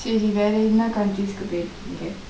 சரி வேர என்ன:seri vera enna countries பேய்ருக்கீங்க:peyrukingka